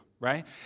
Right